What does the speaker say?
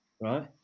right